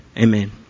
Amen